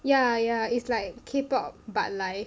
yeah yeah it's like K pop but live